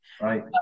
Right